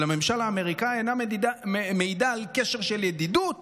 הממשל האמריקאי אינה מעידה על קשר של ידידות